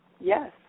Yes